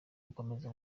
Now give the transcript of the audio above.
gukomeza